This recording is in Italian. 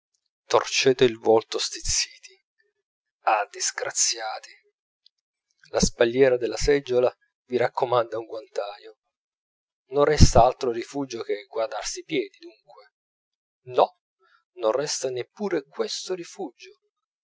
torcete il volto stizziti ah disgraziati la spalliera della seggiola vi raccomanda un guantaio non resta altro rifugio che guardarsi i piedi dunque no non resta neppure questo rifugio